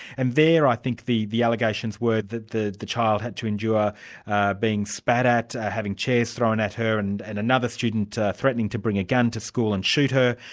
and there i think the the allegations were that the the child had to endure being spat at, having chairs thrown at her, and and another student threatening to bring a gun to school and shoot her,